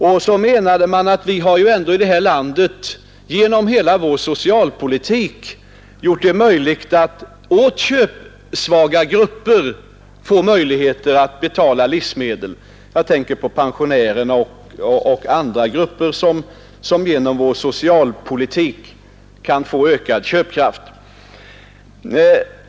Man menade att vi ändå i det här landet genom hela vår socialpolitik gjort det möjligt för köpsvaga grupper att betala livmedel — jag tänker på pensionärer och andra grupper som genom vår socialpolitik kan få ökad köpkraft.